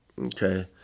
Okay